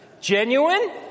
Genuine